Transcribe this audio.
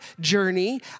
journey